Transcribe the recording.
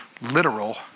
literal